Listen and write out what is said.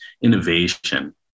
innovation